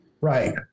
Right